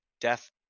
death